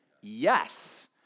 Yes